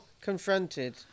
confronted